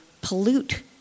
pollute